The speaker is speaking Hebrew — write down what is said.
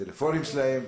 לטלפונים שלהם,